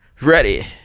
ready